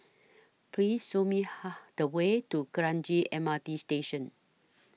Please Show Me Ha Ha The Way to Kranji M R T Station